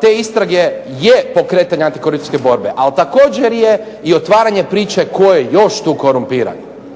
te istrage je pokretanje antikorupcijske borbe, ali također je i otvaranje priče tko je još tu korumpiran.